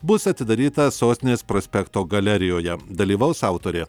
bus atidaryta sostinės prospekto galerijoje dalyvaus autorė